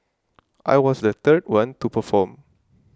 I was the third one to perform